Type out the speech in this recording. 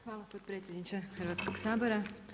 Hvala potpredsjedniče Hrvatskog sabora.